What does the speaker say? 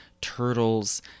turtles